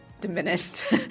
diminished